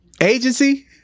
Agency